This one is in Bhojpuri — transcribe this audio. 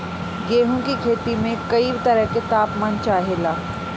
गेहू की खेती में कयी तरह के ताप मान चाहे ला